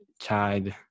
child